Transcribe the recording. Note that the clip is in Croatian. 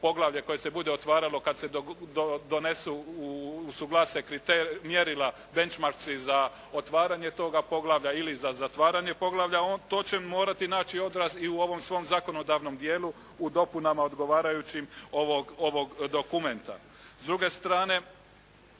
poglavlje koje se bude otvaralo kad se donesu, usuglase mjerila, benchmarks za otvaranje toga poglavlja ili za zatvaranje poglavlja, to će morati naći odraz i u ovom svom zakonodavnom dijelu u dopunama odgovarajućim ovog dokumenta. S druge strane